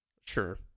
Sure